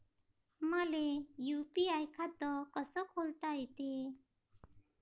मले यू.पी.आय खातं कस खोलता येते?